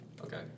Okay